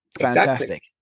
Fantastic